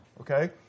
Okay